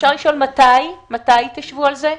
אפשר לשאול מתי תשבו על זה?